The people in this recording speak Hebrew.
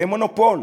והן מונופול,